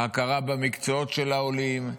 הכרה במקצועות העולים,